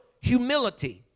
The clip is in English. humility